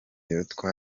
twashitseko